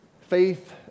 Faith